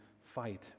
fight